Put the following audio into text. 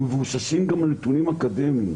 מבוססים גם על נתונים אקדמיים.